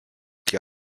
και